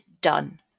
done